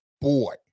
boy